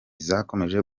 zakomeje